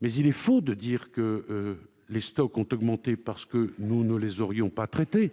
mais il est faux de dire que les stocks ont augmenté parce que nous ne les aurions pas traités.